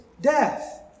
death